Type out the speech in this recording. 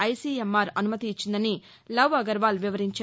ICMR అనుమతి ఇచ్చిందని లవ్ అగర్వాల్ వివరించారు